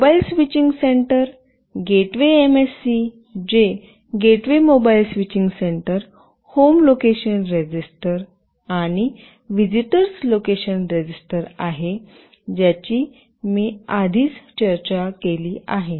mobile switching centre gateway MSC जे gateway mobile switching centre home location register आणि visitors location register आहे ज्याची मी आधीच चर्चा केली आहे